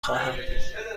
خواهم